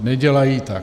Nedělají tak.